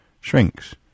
shrinks